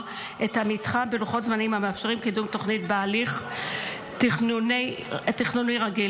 את המתחם בלוחות זמנים המאפשרים קידום תוכנית בהליך תכנוני רגיל.